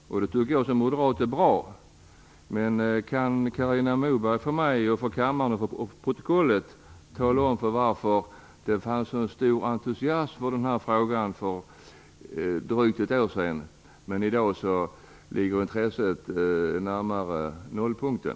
Det tycker jag som moderat är bra, men kan Carina Moberg tala om för mig, för kammaren och för protokollet varför det fanns en så stor entusiasm för den här frågan för drygt ett år sedan? I dag ligger intresset närmare nollpunkten.